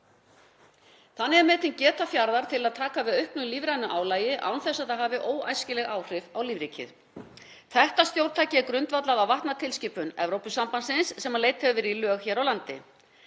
Þannig er metin geta fjarðar til að taka við auknu lífrænu álagi án þess að það hafi óæskileg áhrif á lífríkið. Þetta stjórntæki er grundvallað á vatnatilskipun Evrópusambandsins sem leidd hefur verið í lög hér á landi.